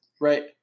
Right